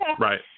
Right